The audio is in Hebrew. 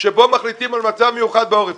שבו מחליטים על מצב מיוחד בעורף.